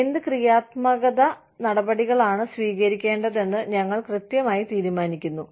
എന്ത് ക്രിയാത്മക നടപടികളാണ് സ്വീകരിക്കേണ്ടതെന്ന് ഞങ്ങൾ കൃത്യമായി തീരുമാനിക്കുന്നു